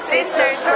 Sister's